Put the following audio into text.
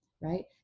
right